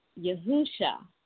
Yahusha